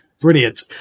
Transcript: Brilliant